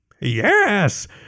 Yes